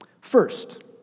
First